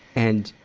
and,